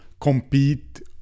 compete